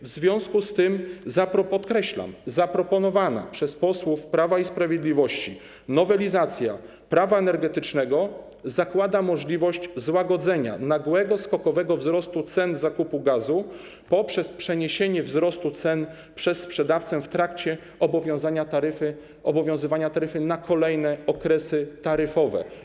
W związku z tym podkreślam, że zaproponowana przez posłów Prawa i Sprawiedliwości nowelizacja Prawa energetycznego zakłada możliwość złagodzenia nagłego, skokowego wzrostu cen zakupu gazu poprzez przeniesienie wzrostu cen przez sprzedawcę w trakcie obowiązywania taryfy na kolejne okresy taryfowe.